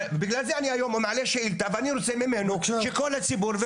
בגלל זה היום אני מעלה שאילתה ואני רוצה ממנו שכל הציבור,